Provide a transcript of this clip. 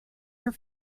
your